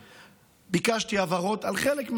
ביקשתי הבהרות לגבי חלק מהדברים,